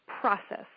process